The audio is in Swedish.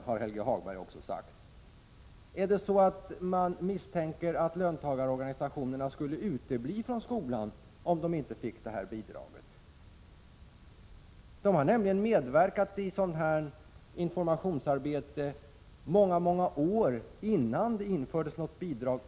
Är det så att man misstänker att löntagarorganisationerna skulle utebli från skolan om de inte fick detta bidrag? De har ju faktiskt medverkat i sådant här informationsarbete under många år innan det över huvud taget infördes något bidrag.